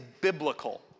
biblical